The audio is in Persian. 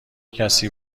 کسی